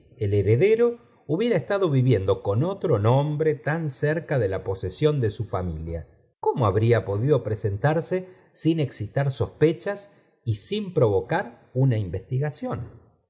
el heledero hubiera estado viviendo con oi ro nombre tan cerca de la posesión do su familia cómo habría podido preséntame sin excitar sospechas y sin provocar una investigación